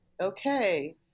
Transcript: Okay